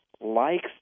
likes